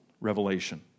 revelation